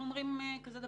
אנחנו אומרים כזה דבר: